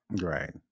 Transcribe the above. Right